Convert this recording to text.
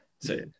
see